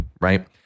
right